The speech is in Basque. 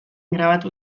grabatu